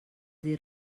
dir